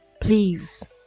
Please